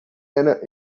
era